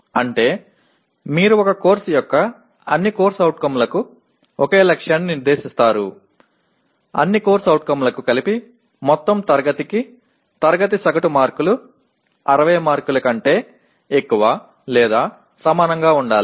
అంటే మీరు ఒక కోర్సు యొక్క అన్ని CO లకు ఒకే లక్ష్యాన్ని నిర్దేశిస్తారు అన్ని CO లకు కలిపి మొత్తం తరగతికి తరగతి సగటు మార్కులు 60 మార్కుల కంటే ఎక్కువ లేదా సమానంగా ఉండాలి